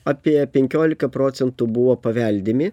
apie penkiolika procentų buvo paveldimi